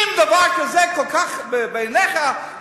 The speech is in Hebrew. אם דבר כזה, כל כך חשוב בעיניך,